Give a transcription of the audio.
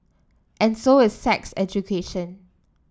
and so is sex education